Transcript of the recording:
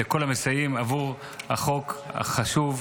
לכול המסייעים עבור החוק החשוב,